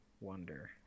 wonder